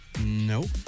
Nope